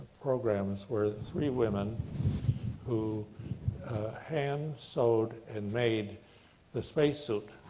programs where three women who hand-sewed and made the space suit.